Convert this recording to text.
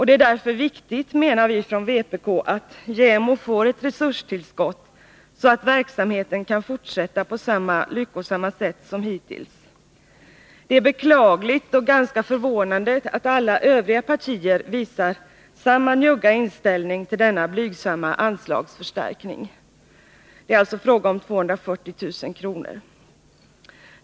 Det är därför viktigt, menar vi från vpk, att JämO får ett resurstillskott så att verksamheten kan fortsätta på samma lyckosamma sätt som hittills. Det är beklagligt och ganska förvånande att alla övriga partier visar samma njugga inställning till denna blygsamma anslagsförstärkning — 240 000 kr.